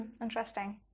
interesting